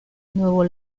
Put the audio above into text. nuevo